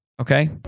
Okay